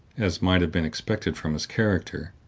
as might have been expected from his character,